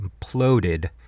imploded